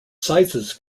sizes